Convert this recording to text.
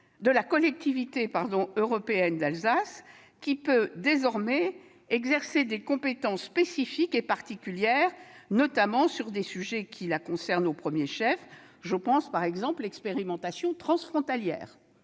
la Collectivité européenne d'Alsace, qui peut désormais exercer des compétences spécifiques et particulières, notamment sur des sujets qui la concernent au premier chef : je pense, par exemple, à l'expérimentation transfrontalière.